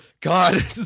God